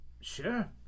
Sure